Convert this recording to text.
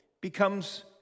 becomes